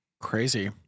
crazy